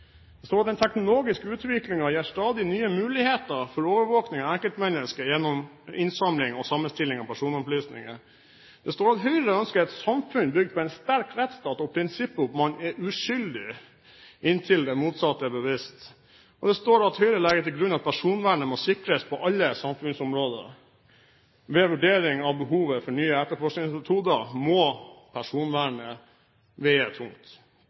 Det står at den teknologiske utviklingen gir stadig nye muligheter for overvåking av enkeltmennesket gjennom innsamling og sammenstilling av personopplysninger. Det står at Høyre ønsker et samfunn bygd på en sterk rettsstat og prinsippet om at man er uskyldig inntil det motsatte er bevist. Og det står at Høyre legger til grunn at personvernet må sikres på alle samfunnsområder. Ved vurdering av behovet for nye etterforskingsmetoder må personvernhensyn veie tungt.